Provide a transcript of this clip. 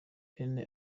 bene